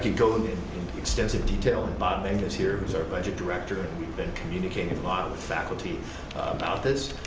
could go into and and extensive detail and bob megna is here, who is our budget director, and we've been communicating a lot with faculty about this.